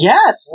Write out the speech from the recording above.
Yes